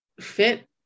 fit